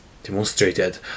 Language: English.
demonstrated